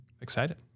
excited